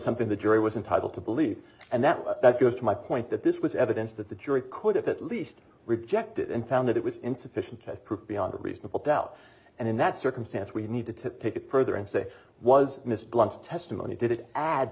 something the jury was entitled to believe and that that goes to my point that this was evidence that the jury could at least reject it and found that it was insufficient to prove beyond reasonable doubt and in that circumstance we need to pick a pro there and say was miss blunt's testimony did